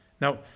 Now